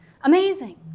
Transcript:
Amazing